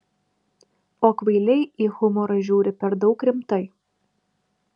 o kvailiai į humorą žiūri per daug rimtai